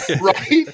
Right